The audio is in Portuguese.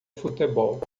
futebol